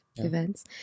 events